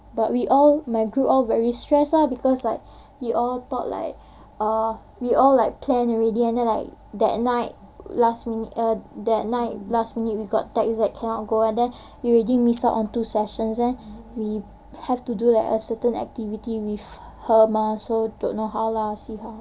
but we all my group all very stressed ah because like we all thought like err we all planned already and then like that night last minute uh that night last minute got that text that cannot go and we already missed out on two sessions then we have to a certain activity with her mah but don't know how lah see how